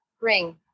Ring